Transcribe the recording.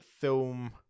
film